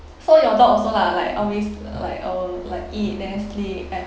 so your dog also lah like always like uh like eat then sleep at